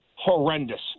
horrendous